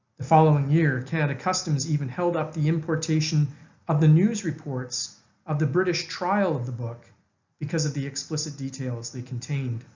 the following year canada customs even held up the importation of the news reports of the british trial of the book because of the explicit details they contained.